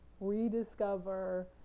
rediscover